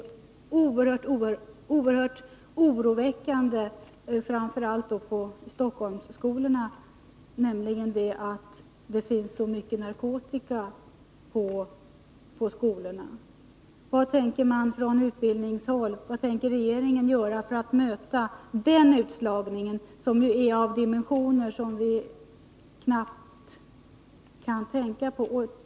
Det handlar om något som jag tycker är oerhört oroväckande, framför allt i Stockholmsskolorna, nämligen "det förhållandet att det finns så mycket narkotika på skolorna. Vad tänker man från utbildningshåll och från regeringens sida göra för att möta den utslagningen som är av dimensioner som vi knappt kan tänka oss?